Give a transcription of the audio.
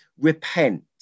repent